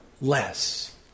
less